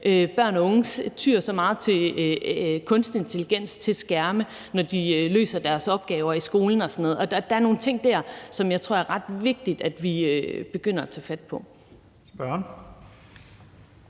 børn og unge tyer så meget til kunstig intelligens, skærme, når de løser deres opgaver i skolen og sådan noget. Der er nogle ting dér, som jeg tror det er ret vigtigt at vi begynder at tage fat på.